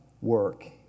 work